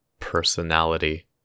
personality